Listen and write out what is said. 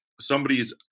somebody's